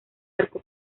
arco